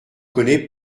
connais